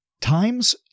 times